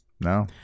No